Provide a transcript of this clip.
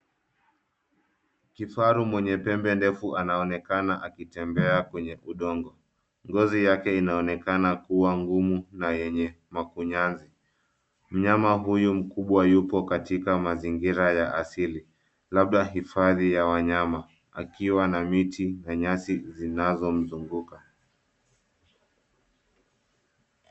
Kifaru mwenye pembe ndefu anaonekana akitembea kwenye udongo. Ngozi yake inaonekana kuwa ngumu na yenye makunyanzi. Mnyama huyu mkubwa yupo katika mazingira ya asili labda hifadhi ya wanyama akiwa na miti na nyasi zinazo mzunguka.